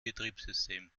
betriebssystem